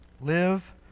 Live